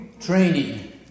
training